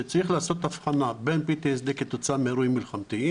שצריך לעשות הבחנה בין PTSD כתוצאה מאירועים מלחמתיים